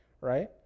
Right